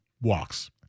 walks